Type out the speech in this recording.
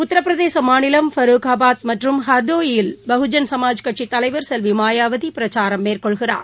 உத்திரபிரதேச மாநிலம் ஃபரூக்காபாத் மற்றும் ஹர்டோயி யில் பகுஜன் சமாஜ் கட்சித் தலைவர் செல்வி மாயாபதி பிரச்சாரம் மேற்கொள்கிறார்